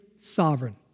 sovereign